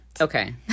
Okay